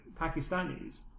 Pakistanis